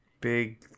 Big